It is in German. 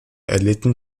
erlitten